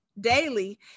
daily